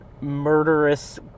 murderous